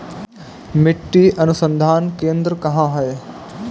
मिट्टी अनुसंधान केंद्र कहाँ है?